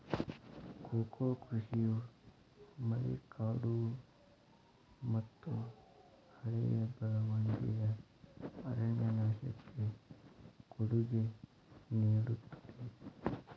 cocoa ಕೃಷಿಯು ಮಳೆಕಾಡುಮತ್ತುಹಳೆಯ ಬೆಳವಣಿಗೆಯ ಅರಣ್ಯನಾಶಕ್ಕೆ ಕೊಡುಗೆ ನೇಡುತ್ತದೆ